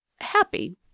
happy